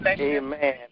Amen